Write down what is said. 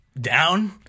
down